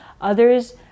Others